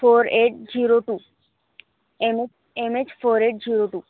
four eight zero two M H M H four eight zero two